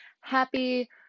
Happy